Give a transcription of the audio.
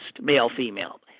male-female